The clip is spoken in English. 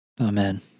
Amen